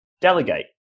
delegate